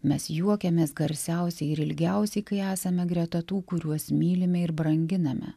mes juokiamės garsiausiai ir ilgiausiai kai esame greta tų kuriuos mylime ir branginame